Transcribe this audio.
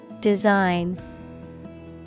Design